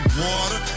water